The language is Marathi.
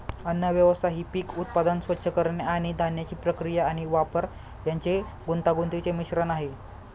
अन्नव्यवस्था ही पीक उत्पादन, स्वच्छ करणे आणि धान्याची प्रक्रिया आणि वापर यांचे गुंतागुंतीचे मिश्रण आहे